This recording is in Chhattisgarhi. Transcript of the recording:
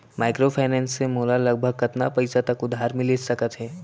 माइक्रोफाइनेंस से मोला लगभग कतना पइसा तक उधार मिलिस सकत हे?